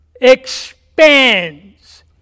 expands